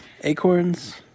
Acorns